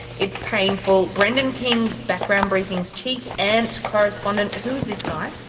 it's painful. brendan king, background briefing's chief ant correspondent, who is this guy?